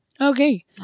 Okay